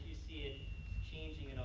see changing you know